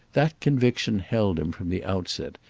that conviction held him from the outset,